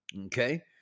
okay